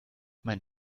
mein